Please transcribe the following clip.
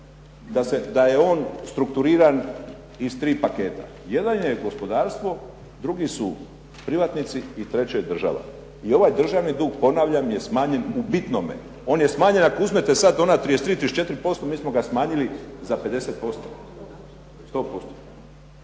da je on strukturiran iz tri paketa. Jedan je gospodarstvo, drugi su privatnici i treće je država. I ovaj državni dug, ponavljam, je smanjen u bitnome. On je smanjen ako uzmete sad ona 33, 34%, mi smo ga smanjili za 50%. Sto